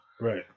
Right